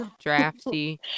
Drafty